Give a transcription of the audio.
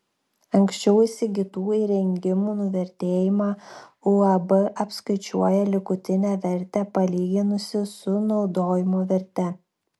anksčiau įsigytų įrengimų nuvertėjimą uab apskaičiuoja likutinę vertę palyginusi su naudojimo verte